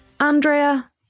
Andrea